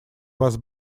was